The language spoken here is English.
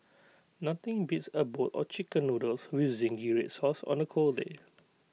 nothing beats A bowl of Chicken Noodles with Zingy Red Sauce on A cold day